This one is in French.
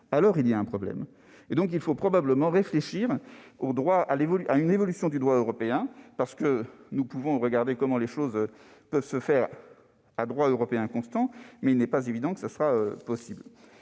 poserait problème. Il faut donc probablement réfléchir à une évolution du droit européen, car nous pouvons regarder comment les choses peuvent se faire à droit européen constant, même s'il n'est pas évident que cela soit possible.